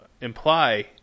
imply